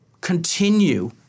continue